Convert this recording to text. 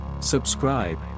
Subscribe